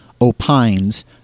opines